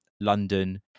london